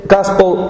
Gospel